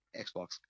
Xbox